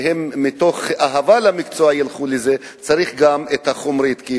שהם מתוך אהבה למקצוע ילכו לזה, צריך גם מוטיבציה